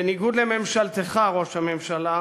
בניגוד לממשלתך, ראש הממשלה,